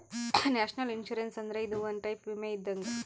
national insurance ಅಂದ್ರ ಇದು ಒಂದ್ ಟೈಪ್ ವಿಮೆ ಇದ್ದಂಗ್